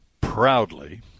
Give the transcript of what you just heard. proudly